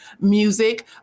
music